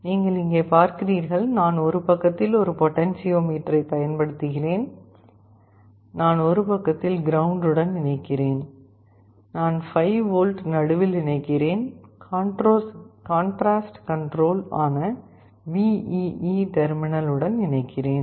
நீங்கள் இங்கே பார்க்கிறீர்கள் நான் ஒரு பக்கத்தில் ஒரு பொட்டென்சியோமீட்டரைப் பயன்படுத்துகிறேன் நான் ஒரு பக்கத்தில் கிரவுண்ட் உடன் இணைக்கிறேன் நான் 5 V நடுவில் இணைக்கிறேன் நான் காண்ட்ராஸ்ட் கன்ட்ரோல் ஆன VEE டெர்மினல் உடன் இணைக்கிறேன்